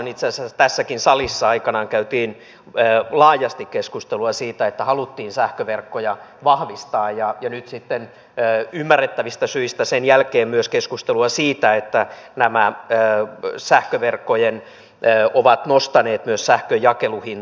itse asiassa tässäkin salissa aikanaan käytiin laajasti keskustelua siitä että haluttiin sähköverkkoja vahvistaa ja nyt sitten ymmärrettävistä syistä sen jälkeen myös keskustelua siitä että nämä ovat nostaneet myös sähkön jakeluhintoja